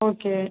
okay